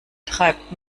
treibt